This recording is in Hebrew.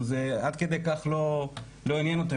זה עד כדי כך לא עניין אותן.